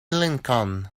lincoln